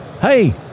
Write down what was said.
Hey